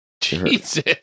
Jesus